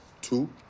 Two